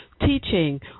teaching